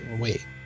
wait